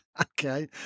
Okay